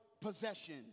possession